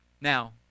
Now